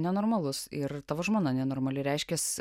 nenormalus ir tavo žmona nenormali reiškias